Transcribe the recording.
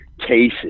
cases